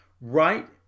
Right